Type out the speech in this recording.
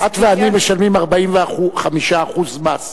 את ואני משלמים 45% מס,